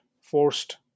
forced